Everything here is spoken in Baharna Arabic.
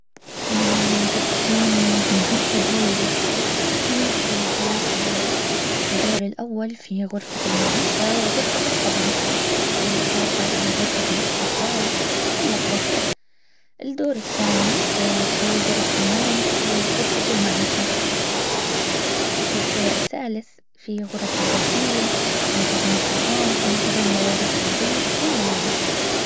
منزل احلامي معقد وايد بتكون في ثلاث ادوار الدور الاول في غرفة المعيشة وغرفة الخدم بالاضافة الى غرفة الاستقبال والمطبخ الدور الثاني في غرف النوم وغرفة المعيشة والدور الثالث في غرف الغسيل ومخزن الطعام ومخزن مواد التنظيف والملابس